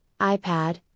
iPad